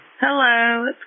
Hello